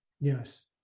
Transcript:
Yes